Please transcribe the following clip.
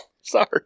Sorry